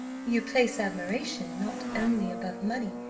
you place admiration not only above money,